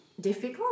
difficult